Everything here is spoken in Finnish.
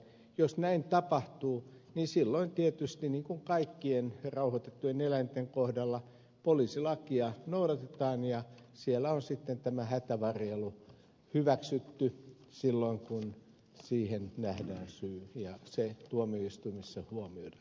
jos näin tapahtuu niin silloin tietysti niin kuin kaikkien rauhoitettujen eläinten kohdalla poliisilakia noudatetaan ja siellä on tämä hätävarjelu hyväksytty silloin kun siihen nähdään syy ja se tuomioistuimissa huomioidaan